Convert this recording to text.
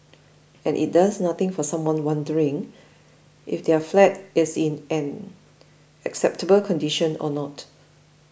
and it does nothing for someone wondering if their flat is in an acceptable condition or not